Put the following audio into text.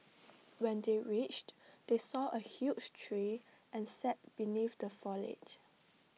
when they reached they saw A huge tree and sat beneath the foliage